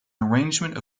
arrangement